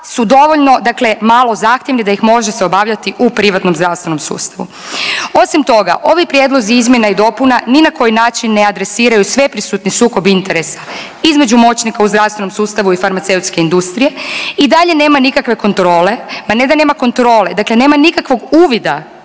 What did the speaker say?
su dovoljno, dakle malo zahtjevni da ih može se obavljati u privatnom zdravstvenom sustavu. Osim toga, ovi prijedlozi izmjena i dopuna ni na koji način ne adresiraju sveprisutni sukob interesa između moćnika u zdravstvenom sustavu i farmaceutske industrije. I dalje nema nikakve kontrole. Ma ne da nema kontrole, dakle nema nikakvog uvida